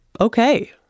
Okay